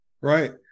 right